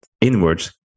inwards